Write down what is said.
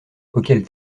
auquel